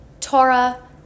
Torah